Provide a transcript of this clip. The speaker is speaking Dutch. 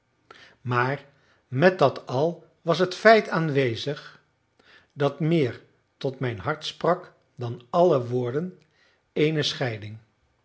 maar met dat al was het feit aanwezig dat meer tot mijn hart sprak dan alle woorden eene scheiding